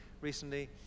recently